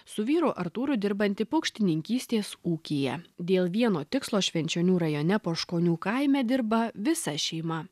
su vyru artūru dirbanti paukštininkystės ūkyje dėl vieno tikslo švenčionių rajone poškonių kaime dirba visa šeima